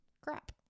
crap